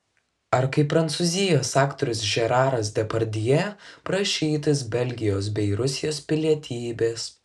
ar kaip prancūzijos aktorius žeraras depardjė prašytis belgijos bei rusijos pilietybės